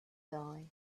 die